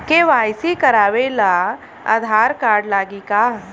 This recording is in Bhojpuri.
के.वाइ.सी करावे ला आधार कार्ड लागी का?